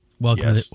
welcome